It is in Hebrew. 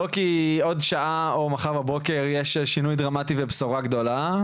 לא כי עוד שעה או מחר בבוקר יש שינוי דרמטי ובשורה גדולה,